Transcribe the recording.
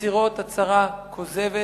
מצהירות הצהרה כוזבת